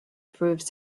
proved